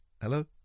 hello